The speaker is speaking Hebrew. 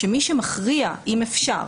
שמי שמכריע אם אפשר